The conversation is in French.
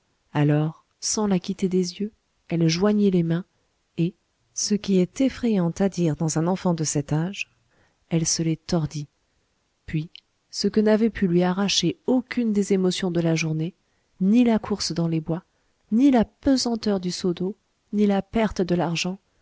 alors sans la quitter des yeux elle joignit les mains et ce qui est effrayant à dire dans un enfant de cet âge elle se les tordit puis ce que n'avait pu lui arracher aucune des émotions de la journée ni la course dans le bois ni la pesanteur du seau d'eau ni la perte de l'argent